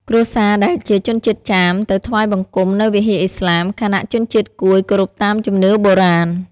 គ្រួសារដែលជាជនជាតិចាមទៅថ្វាយបង្គំនៅវិហារអ៊ីស្លាម ខណៈជនជាតិកួយគោរពតាមជំនឿបុរាណ។